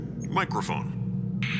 Microphone